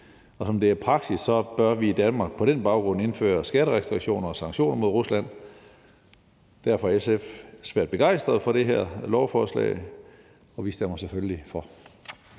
og som det er praksis, bør vi i Danmark på den baggrund indføre skatterestriktioner og sanktioner mod Rusland. Derfor er SF svært begejstret for det her lovforslag, og vi stemmer selvfølgelig for.